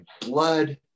blood